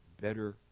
better